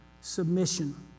submission